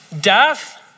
Death